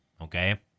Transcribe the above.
okay